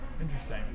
Interesting